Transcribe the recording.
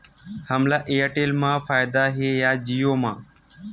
हमला एयरटेल मा फ़ायदा हे या जिओ मा?